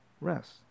rest